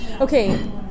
okay